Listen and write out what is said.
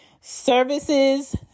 Services